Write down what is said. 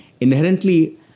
inherently